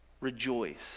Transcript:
Rejoice